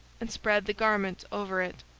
and spread the garments over it,